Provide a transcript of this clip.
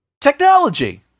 Technology